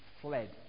fled